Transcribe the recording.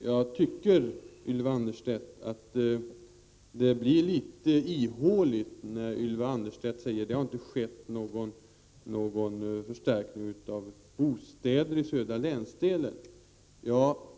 Jag tycker att det blir litet ihåligt när Ylva Annerstedt säger att det inte har skett någon förstärkning av bostadsbyggandet i de södra länsdelarna.